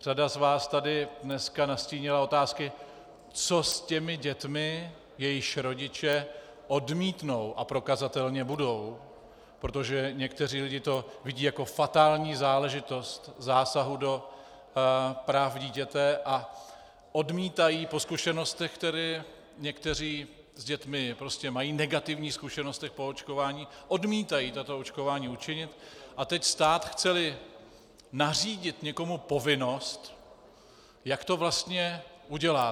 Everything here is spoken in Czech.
Řada z vás tady dneska nastínila otázky, co s těmi dětmi, jejichž rodiče odmítnou a prokazatelně budou, protože někteří lidé to vidí jako fatální záležitost zásahu do práv dítěte a odmítají po zkušenostech, které někteří s dětmi mají, negativních zkušenostech po očkování, odmítají tato očkování učinit a teď stát, chceli nařídit někomu povinnost, jak to vlastně udělá?